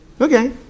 Okay